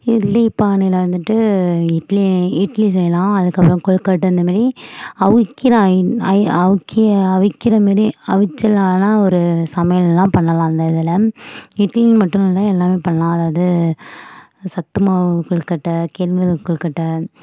இட்லி பானையில் வந்துட்டு இட்லி இட்லி செய்யலாம் அதுக்கப்புறம் கொழுக்கட்டை இந்த மாரி அவிக்கிற அவிக்கி அவிக்கிற மாரி அவிச்சலான ஒரு சமையல்லாம் பண்ணலாம் அந்த இதில் இட்லி மட்டும்னு இல்லை எல்லாமே பண்ணலாம் அதாவது சத்துமாவு கொழுக்கட்டை கேழ்வரகு கொழுக்கட்டை